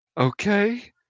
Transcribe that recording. Okay